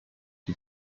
die